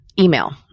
Email